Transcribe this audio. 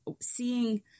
seeing